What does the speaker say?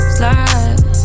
slide